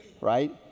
right